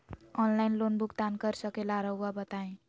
Online loan भुगतान कर सकेला राउआ बताई?